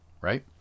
Right